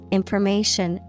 information